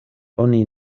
oni